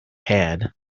head